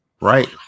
right